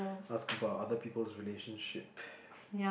ask about other people's relationships